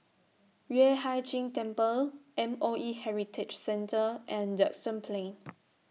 Yueh Hai Ching Temple M O E Heritage Centre and Duxton Plain